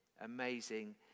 Amazing